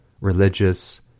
religious